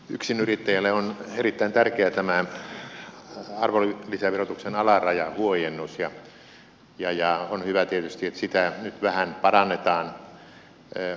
yksinyrittäjälle on erittäin tärkeä tämä arvonlisäverotuksen alarajan huojennus ja on hyvä tietysti että sitä nyt vähän parannetaan